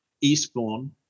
Eastbourne